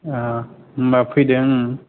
होनबा फैदो